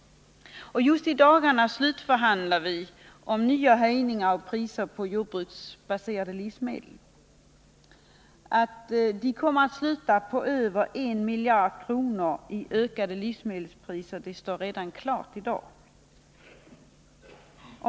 Just i dagarna förhandlar vi om nya höjningar av priserna på jordbruksbaserade livsmedel. Att de förhandlingarna kommer att sluta i över 1 miljard kronor i ökade livsmedelspriser står redan klart.